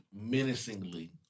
menacingly